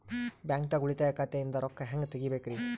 ಬ್ಯಾಂಕ್ದಾಗ ಉಳಿತಾಯ ಖಾತೆ ಇಂದ್ ರೊಕ್ಕ ಹೆಂಗ್ ತಗಿಬೇಕ್ರಿ?